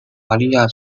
巴伐利亚州